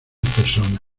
persona